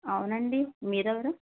అవునండి మీరెవరు